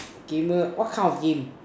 gamer what kind of game